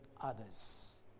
others